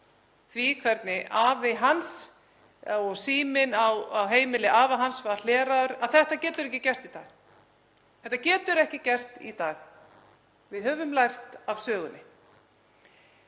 því hvernig síminn á heimili afa hans var hleraður — þetta getur ekki gerst í dag. Þetta getur ekki gerst í dag. Við höfum lært af sögunni.